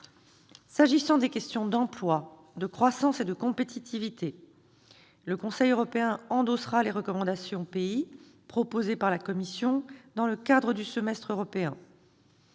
S'agissant des questions d'emploi, de croissance et de compétitivité, le Conseil européen endossera les recommandations pays proposées par la Commission dans le cadre du semestre européen